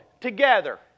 together